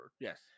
Yes